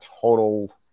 total